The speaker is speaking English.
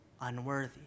unworthy